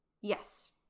Yes